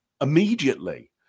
immediately